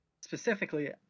specifically